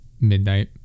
midnight